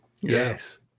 Yes